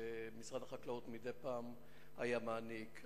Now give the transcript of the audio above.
שמשרד החקלאות מדי פעם היה מעניק.